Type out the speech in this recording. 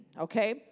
okay